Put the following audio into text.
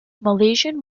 malaysian